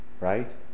right